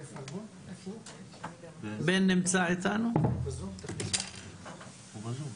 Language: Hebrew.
אם תוכל לתת התייחסות קצרה ואז נעבור